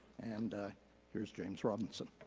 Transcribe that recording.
and here's james robinson.